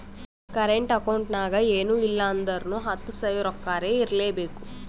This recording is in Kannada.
ಕರೆಂಟ್ ಅಕೌಂಟ್ ನಾಗ್ ಎನ್ ಇಲ್ಲ ಅಂದುರ್ನು ಹತ್ತು ಸಾವಿರ ರೊಕ್ಕಾರೆ ಇರ್ಲೆಬೇಕು